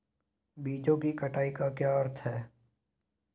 बीजों की कटाई का क्या अर्थ है?